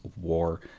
War